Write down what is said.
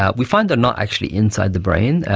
ah we found they're not actually inside the brain,